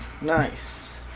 Nice